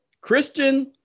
Christian